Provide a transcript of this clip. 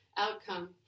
Outcome